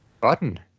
Button